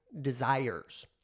desires